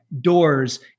doors